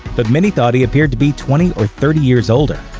but many thought he appeared to be twenty or thirty years older.